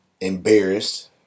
embarrassed